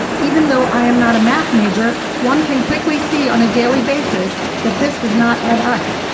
even though i am not a math major, one can quickly see on a daily basis that this does not add up.